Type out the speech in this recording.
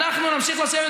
אנחנו נמשיך לשבת,